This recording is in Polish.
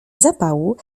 zapału